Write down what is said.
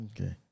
Okay